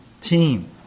team